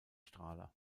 strahler